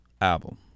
album